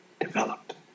Developed